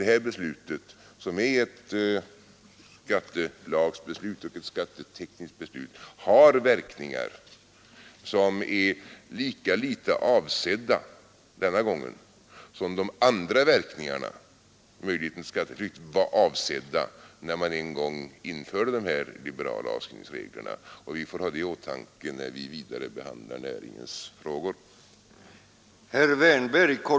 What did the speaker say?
Det här beslutet, som är ett skattetekniskt beslut, har verkningar som är lika litet avsedda denna gång som de andra verkningarna — möjligheten till skatteflykt — var avsedda när man en gång införde de liberala avskrivningsreglerna. Vi bör alltså ha detta i åtanke när vi vidare behandlar näringens frågor.